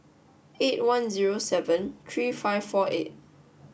eight one zero seven three five four eight